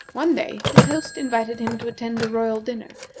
one day his host invited him to attend a royal dinner,